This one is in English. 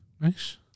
Nice